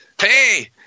hey